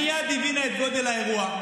מייד היא הבינה את גודל האירוע,